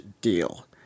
deal